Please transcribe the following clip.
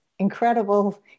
incredible